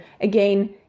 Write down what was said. again